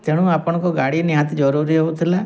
ତେଣୁ ଆପଣଙ୍କ ଗାଡ଼ି ନିହାତି ଜରୁରୀ ହଉଥିଲା